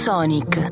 Sonic